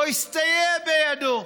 לא הסתייע בידו.